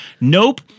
Nope